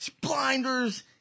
blinders